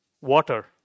water